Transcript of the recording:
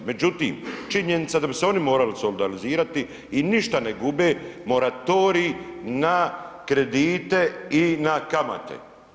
Međutim, činjenica da bi se oni morali solidarizirati i ništa ne gube, moratorij na kredite i na kamate.